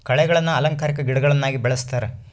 ಕಳೆಗಳನ್ನ ಅಲಂಕಾರಿಕ ಗಿಡಗಳನ್ನಾಗಿ ಬೆಳಿಸ್ತರೆ